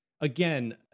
again